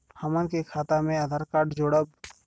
हमन के खाता मे आधार कार्ड जोड़ब?